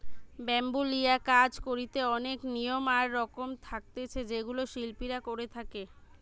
bamboo লিয়া কাজ করিতে অনেক নিয়ম আর রকম থাকতিছে যেগুলা শিল্পীরা করে থাকে